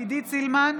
עידית סילמן,